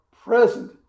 present